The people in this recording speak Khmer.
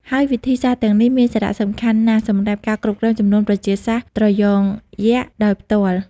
ហើយវិធីសាស្ត្រទាំងនេះមានសារៈសំខាន់ណាស់សម្រាប់ការគ្រប់គ្រងចំនួនប្រជាសាស្ត្រត្រយងយក្សដោយផ្ទាល់។